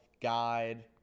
guide